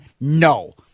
No